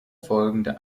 folgende